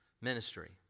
ministry